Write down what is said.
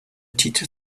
teacher